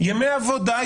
ימי עבודה,